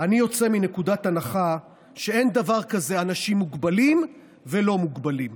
"אני יוצא מנקודת הנחה שאין דבר כזה אנשים מוגבלים ולא מוגבלים.